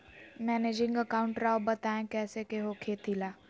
Managing account राव बताएं कैसे के हो खेती ला?